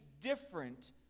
different